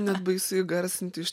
net baisu įgarsinti iš